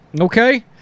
Okay